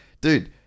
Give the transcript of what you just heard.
dude